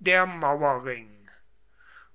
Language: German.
der mauerring